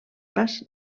pas